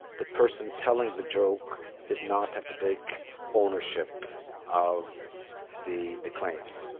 the person telling the joke did not have to take ownership of the the claims.